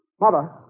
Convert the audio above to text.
Mother